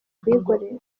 kuyikoresha